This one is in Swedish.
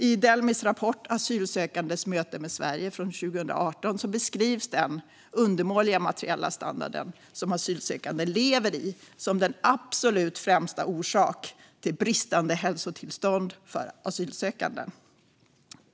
I Delmis rapport Asylsökandes möte med Sverige från 2018 beskrivs den undermåliga materiella standard som asylsökande lever i som den absolut främsta orsaken till bristande hälsotillstånd för asylsökande.